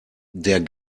der